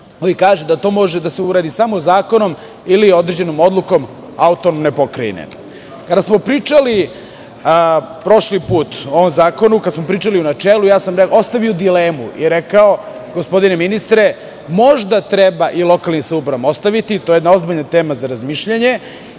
kaže da to može da se uradi samo zakonom ili određenom odlukom autonomne pokrajine. Kada smo pričali prošli put o ovom zakonu, kada smo pričali u načelu, ostavio sam dilemu i rekao – gospodine ministre, možda treba i lokalnim samoupravama ostaviti, to je jedna ozbiljna tema za razmišljanje,